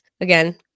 Again